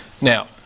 now